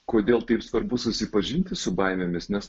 kodėl taip svarbu susipažinti su baimėmis nes